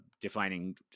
defining